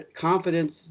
confidence